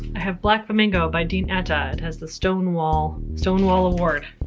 i have black flamingo by dean atta, it has the stonewall stonewall award.